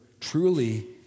truly